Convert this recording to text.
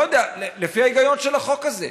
לא יודע, לפי ההיגיון של החוק הזה.